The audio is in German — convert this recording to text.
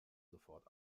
sofort